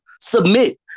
submit